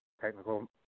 technical